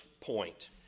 point